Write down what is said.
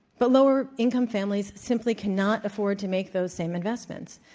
but lower income families simply cannot afford to make those same investments.